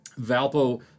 Valpo